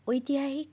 ঐতিহাসিক